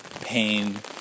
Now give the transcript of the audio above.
pain